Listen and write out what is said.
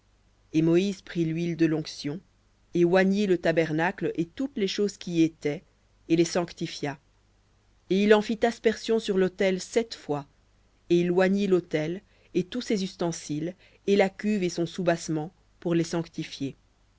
et moïse prit l'huile de l'onction et oignit le tabernacle et toutes les choses qui y étaient et les sanctifia et il en fit aspersion sur l'autel sept fois et il oignit l'autel et tous ses ustensiles et la cuve et son soubassement pour les sanctifier